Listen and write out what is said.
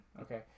Okay